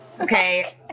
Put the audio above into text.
Okay